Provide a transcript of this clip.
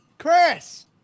Chris